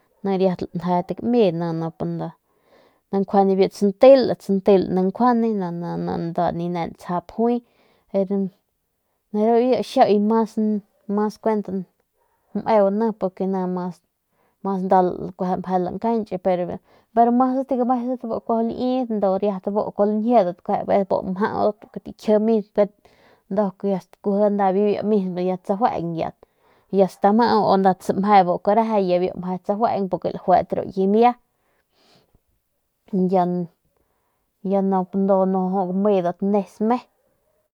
Ni riat lanje kami nang biu santel ni nda nijiy biu xiauye mas kuent mas meu ni nda meje lankanch peru mas gamesat ndu bu kuaju lañjiedat stamjau nibiu mismo ya sajueng y ya stamau y ya y biu samje meje ya sajueng porque ya daguet ru ki mia ya nup gamedat me.